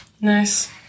Nice